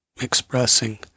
expressing